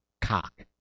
cock